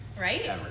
Right